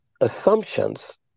assumptions